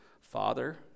father